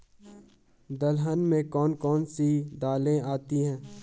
दलहन में कौन कौन सी दालें आती हैं?